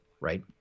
right